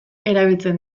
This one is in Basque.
erabiltzen